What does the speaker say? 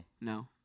No